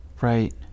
right